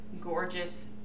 gorgeous